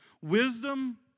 wisdom